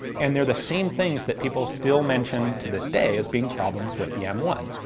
and they're the same things that people still mention to this day as being problems with the m one.